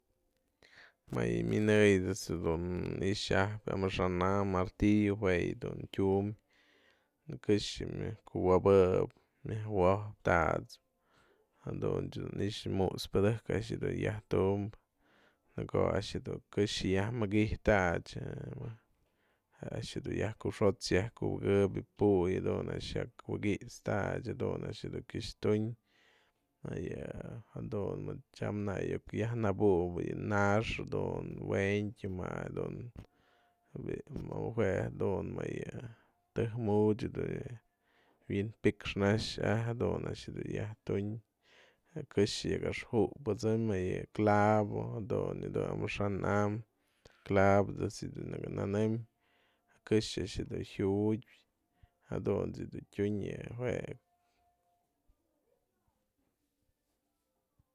Më yë minëyen yë ëjt's dun i'ixap amaxa'an am martillo jue yë dun tyum këxë myajku'uwopëy, myaj wo'optat'sëp jadun dun i'ixë mu'uts pëdëjk a'ax dun yiajtum në ko'o a'ax dun këxë yaj mikytat's jë a'ax dun yaj kuxo'ots yaj kubëkëp jë pu'uy jadun a'ax jyak wi'ikit'statyë jadun a'ax dun kyaxtunë më yë jadun tyam nä iuk yaj nabu'upë na'ax dun wentyë ma jadun bi'i jue jedun më yë tëjk muchën wi'inpixnax ajtyë jadun a'ax dun jyajtunë, këxë yak axju'upëtsëm më yë clavo jadun yë dun amaxa'am clavo ëjt's yë nakë nënëm këxë a'ax dun jyutë jadunt's du tyun yë jue.